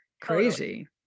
crazy